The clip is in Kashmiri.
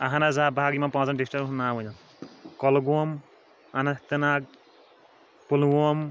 اہَن حظ آ بٕہ ہیٚکہٕ یِمَن پٲنٛژَن ڈِسٹن ہُند ناو ؤنِتھ کۄلگوم اَننت ناگ پُلووم